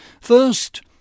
First